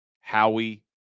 Howie